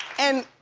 and.